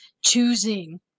choosing